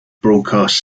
broadcast